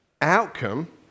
outcome